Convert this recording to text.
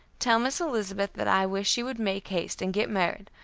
tell miss elizabeth that i wish she would make haste and get married,